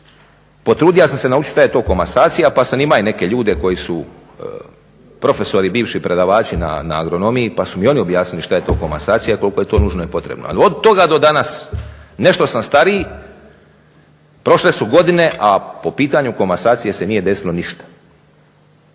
potrudio sam se naučit šta je to komasacija pa sam imao i neke ljude koji su profesori, bivši predavači na agronomiji pa su mi oni objasnili šta je to komasacija, koliko je to nužno i potrebno. Ali od toga do danas ne što sam stariji, prošle su godine, a po pitanju komasacije se nije desilo ništa.